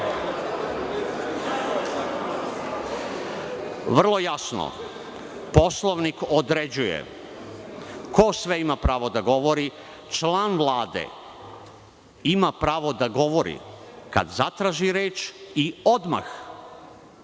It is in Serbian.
jasno, Poslovnik određuje ko sve ima pravo da govori. Član Vlade ima pravo da govori kad zatraži reč i odmah